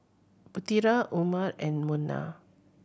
Putera Umar and Munah